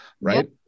right